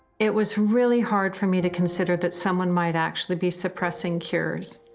it was really hard for me to consider that someone might actually be suppressing cures.